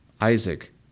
Isaac